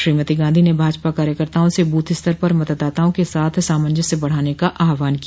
श्रीमती गांधी ने भाजपा कार्यकर्ताओं से बूथ स्तर पर मतदाताओं के साथ सामजस्य बढ़ाने का आहवान किया